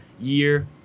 year